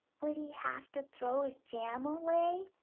would he have to throw his jam away,